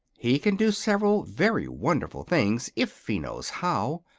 he can do several very wonderful things if he knows how.